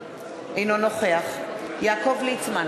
אינו נוכח יעקב ליצמן,